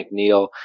McNeil